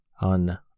on